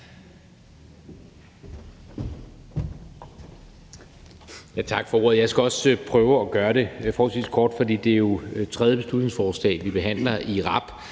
Tak for ordet. Jeg skal også prøve at gøre det forholdsvis kort, for det er jo tredje beslutningsforslag, vi behandler i rap,